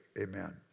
amen